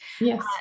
Yes